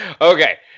Okay